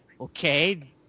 okay